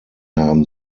haben